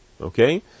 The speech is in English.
Okay